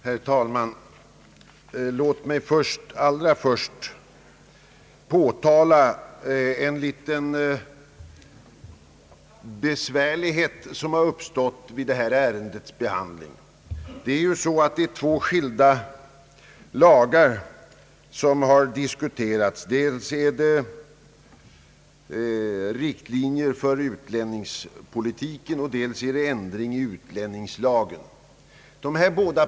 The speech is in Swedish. Herr talman! Låt mig allra först beröra en olägenhet som har uppstått vid detta ärendes behandling. Det är ju tre skilda propositioner som nu diskuteras, den ena rörande riktlinjer för utlänningslagen.